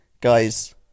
Guys